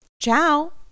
Ciao